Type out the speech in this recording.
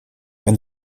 wenn